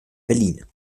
berlin